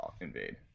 invade